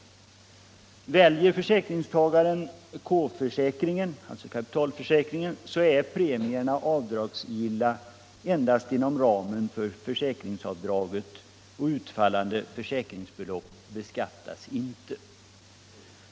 Väljer försäkringstagaren K-försäkringen, alltså kapitalförsäkringen, så är premierna avdragsgilla endast inom ramen för försäkringsavdraget, och utfallande försäkringsbelopp beskattas inte.